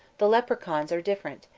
the leprechauns are different,